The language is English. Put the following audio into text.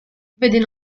within